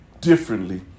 differently